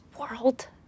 world